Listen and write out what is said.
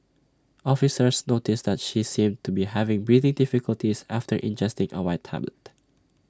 officers noticed that she seemed to be having breathing difficulties after ingesting A white tablet